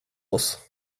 oss